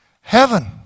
heaven